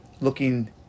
looking